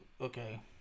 Okay